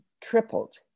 tripled